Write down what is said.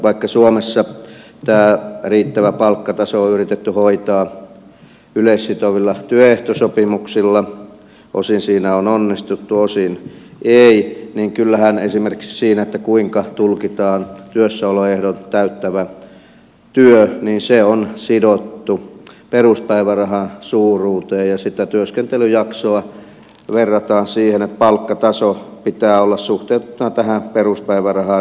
vaikka suomessa tämä riittävä palkkataso on yritetty hoitaa yleissitovilla työehtosopimuksilla osin siinä on onnistuttu osin ei niin kyllähän esimerkiksi siinä kuinka tulkitaan työssäoloehdot täyttävä työ se on sidottu peruspäivärahan suuruuteen ja sitä työskentelyjaksoa verrataan siihen että palkkatason pitää olla suhteutettuna tähän peruspäivärahaan riittävä